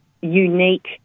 unique